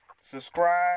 subscribe